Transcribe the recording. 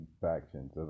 factions